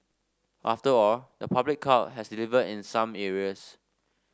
after all the public cloud has delivered in some areas